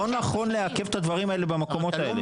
נכון לעכב את הדברים האלה במקומות האלה.